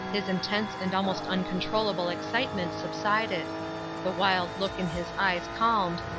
his intense and almost uncontrollable excitement subsided the wild look in his eyes calmed,